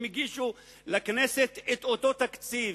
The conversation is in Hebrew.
הם הגישו לכנסת את אותו תקציב,